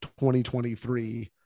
2023